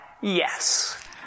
yes